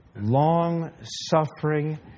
Long-suffering